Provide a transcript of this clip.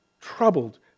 troubled